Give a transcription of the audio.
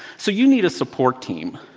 so you need a support team.